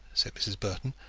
said mrs. burton,